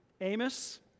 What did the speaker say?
Amos